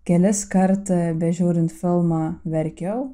keliskart bežiūrint filmą verkiau